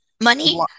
money